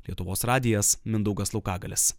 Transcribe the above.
lietuvos radijas mindaugas laukagalis